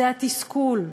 זה התסכול,